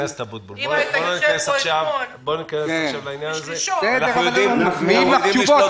אם היית יושב פה אתמול ושלשום --- עונים פה תשובות.